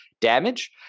damage